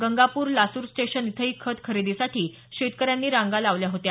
गंगापूर लासून स्टेशन इथंही खत खरेदीसाठी शेतकऱ्यांनी रांगा लावल्या होत्या